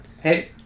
hey